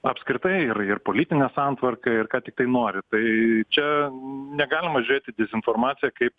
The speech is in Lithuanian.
apskritai ir ir politinę santvarką ir ką tiktai nori tai čia negalima žiūrėt į dezinformaciją kaip